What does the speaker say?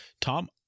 Tom